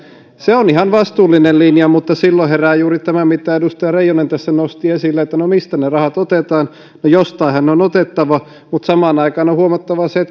se on ihan vastuullinen linja mutta silloin herää juuri tämä kysymys mitä edustaja reijonen tässä nosti esille että no mistä ne rahat otetaan jostainhan ne on otettava mutta samaan aikaan on huomattava se